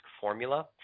formula